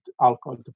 alcohol